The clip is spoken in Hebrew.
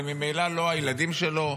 זה ממילא לא הילדים שלו,